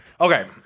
Okay